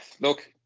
Look